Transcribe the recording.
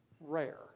rare